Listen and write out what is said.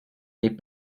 des